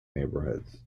neighborhoods